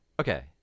okay